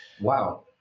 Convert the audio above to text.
Wow